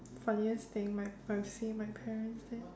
funniest thing my I've seen my parents did